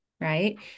Right